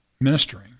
ministering